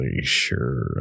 sure